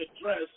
address